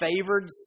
favored